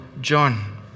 John